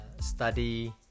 Study